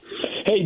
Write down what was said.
Hey